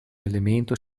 elemento